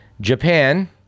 Japan